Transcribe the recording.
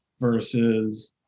versus